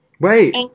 Wait